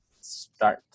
start